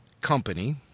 Company